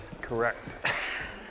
Correct